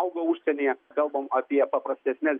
augo užsienyje kalbam apie paprastesnes